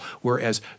Whereas